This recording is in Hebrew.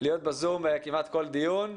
להיות ב-זום והיה כמעט בכל דיון.